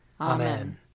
Amen